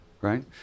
right